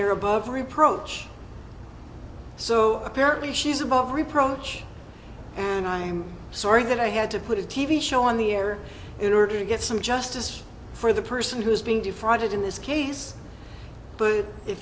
they're above reproach so apparently she's above reproach and i'm sorry that i had to put a t v show on the air in order to get some justice for the person who's being defrauded in this case but if